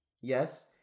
Yes